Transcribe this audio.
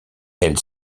elle